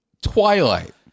Twilight